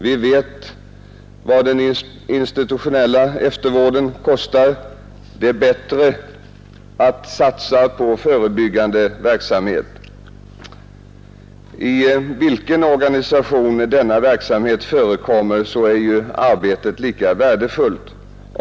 Vi vet vad den institutionella eftervården kostar. Det är bättre att satsa på förebyggande verksamhet. I vilken organisation denna verksamhet än förekommer, är arbetet lika värdefullt.